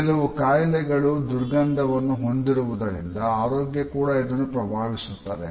ಕೆಲವು ಕಾಯಿಲೆಗಳು ದುರ್ಗಂಧವನ್ನು ಹೊಂದಿರುವುದರಿಂದ ಆರೋಗ್ಯ ಕೂಡ ಇದನ್ನು ಪ್ರಭಾವಿಸುತ್ತದೆ